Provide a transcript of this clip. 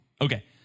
Okay